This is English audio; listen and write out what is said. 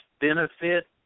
benefit